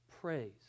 praise